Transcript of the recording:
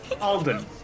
Alden